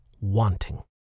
wanting